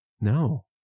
No